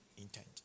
intent